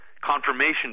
Confirmation